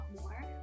more